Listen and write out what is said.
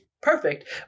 perfect